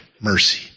Mercy